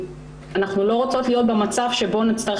אנחנו לא רוצות להיות במצב שבו נצטרך